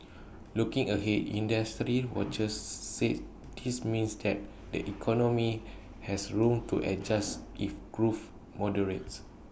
looking ahead industry watchers said this means that the economy has room to adjust if growth moderates